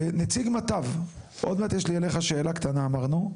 נציג מטב, עוד מעט יש לי אליך שאלה קטנה אמרנו.